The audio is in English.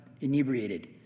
inebriated